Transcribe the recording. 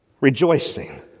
rejoicing